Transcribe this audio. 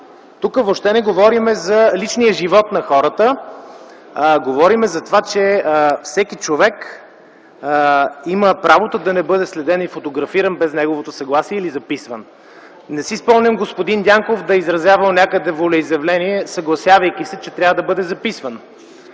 Тук въобще не говорим за личния живот на хората, а за това, че всеки човек има правото да не бъде следен и фотографиран без неговото съгласие, или записван. Не си спомням господин Дянков да е изразявал някъде волеизявление, съгласявайки се, че трябва да бъде записван.